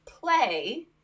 play